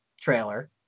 trailer